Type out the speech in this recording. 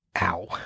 Ow